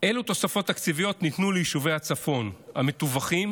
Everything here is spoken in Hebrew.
אילו תוספות תקציביות ניתנו ליישובי הצפון המטווחים